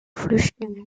flüchtlinge